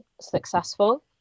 successful